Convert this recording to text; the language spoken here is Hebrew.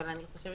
אבל אני חושבת